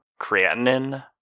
creatinine